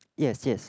yes yes